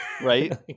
Right